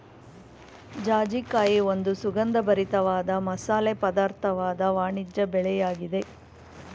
ಜಾಜಿಕಾಯಿ ಒಂದು ಸುಗಂಧಭರಿತ ವಾದ ಮಸಾಲೆ ಪದಾರ್ಥವಾದ ವಾಣಿಜ್ಯ ಬೆಳೆಯಾಗಿದೆ